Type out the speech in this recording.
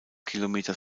kilometer